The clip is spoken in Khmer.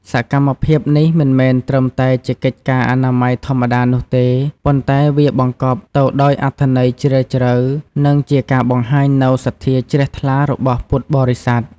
សកម្មភាពនេះមិនមែនត្រឹមតែជាកិច្ចការអនាម័យធម្មតានោះទេ ប៉ុន្តែវាបង្កប់ទៅដោយអត្ថន័យជ្រាលជ្រៅ និងជាការបង្ហាញនូវសទ្ធាជ្រះថ្លារបស់ពុទ្ធបរិស័ទ។